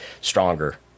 stronger